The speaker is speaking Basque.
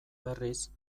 berriz